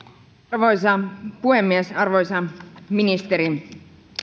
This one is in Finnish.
arvoisa puhemies arvoisa ministeri